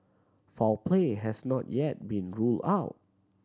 foul play has not yet been ruled out